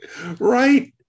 Right